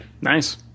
nice